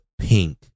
pink